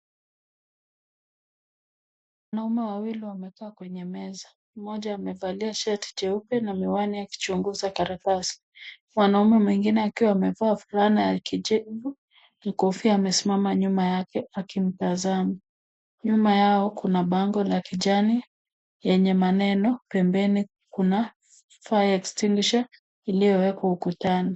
Wanaume wawili wamekaa kwenye meza. Mmoja amevalia shati jeupe na miwani akichunguza karatasi. Mwanaume mwingine akiwa amevaa fulana ya kijivu na kofia amesimama nyuma yake akimtazama. Nyuma yao kuna bango la kijani, yenye maneno. Pembeni kuna fire extinguisher iliyowekwa ukutani.